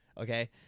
okay